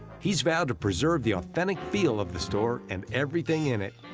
he's vowed to preserve the authentic feel of the store and everything in it.